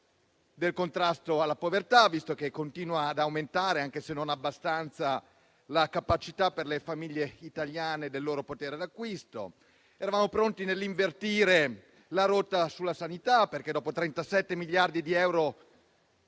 del contrasto alla povertà, visto che continua ad aumentare, anche se non abbastanza, la capacità per le famiglie italiane del loro potere d'acquisto. Eravamo pronti a invertire la rotta sulla sanità, perché dopo i 37 miliardi di euro